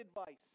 advice